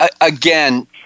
again